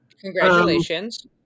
Congratulations